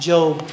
Job